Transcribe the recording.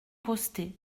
posté